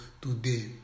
today